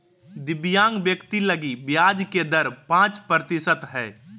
दिव्यांग व्यक्ति लगी ब्याज के दर पांच प्रतिशत हइ